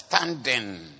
understanding